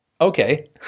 Okay